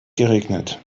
geregnet